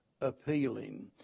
appealing